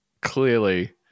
clearly